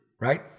right